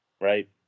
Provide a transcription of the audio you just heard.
right